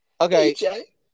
Okay